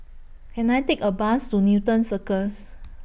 Can I Take A Bus to Newton Circus